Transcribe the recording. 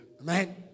Amen